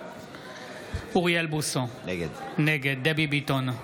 אוריאל בוסו, נגד דבי ביטון,